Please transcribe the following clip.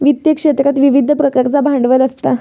वित्त क्षेत्रात विविध प्रकारचा भांडवल असता